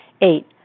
Eight